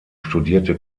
studierte